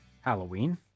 Halloween